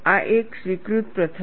આ એક સ્વીકૃત પ્રથા છે